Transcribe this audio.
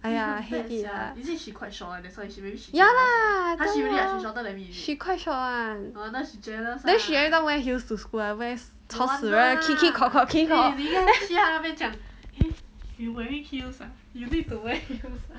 !aiya! hate it lah ya lah tell you ah she quite short one then she every time wear heels to school one very 吵死人 ah kik kik kok kok kik kik kok kok then